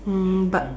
um but